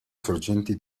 sorgenti